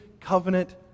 covenant